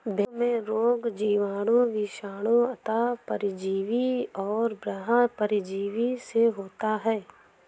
भेंड़ों में रोग जीवाणु, विषाणु, अन्तः परजीवी और बाह्य परजीवी से होता है